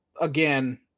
again